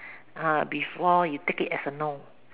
uh before you take it as a norm